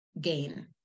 gain